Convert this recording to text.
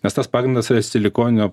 nes tas pagrindas yra silikoninio